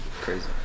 crazy